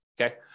okay